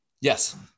Yes